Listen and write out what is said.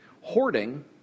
Hoarding